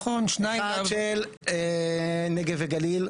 אחד של נגב וגליל,